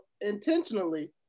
intentionally